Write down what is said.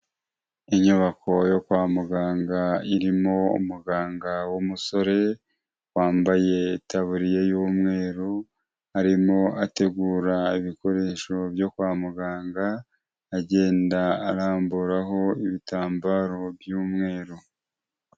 Inyubako yo kwa muganga irimo umuganga w'umusore, wambaye Itaburiya y'umweru, arimo ategura ibikoresho byo kwa muganga, agenda Aramburaho ibitambaro by'umweru.